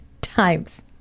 times